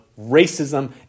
racism